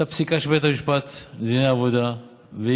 הייתה פסיקה של בית המשפט לדיני עבודה וערעור